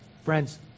Friends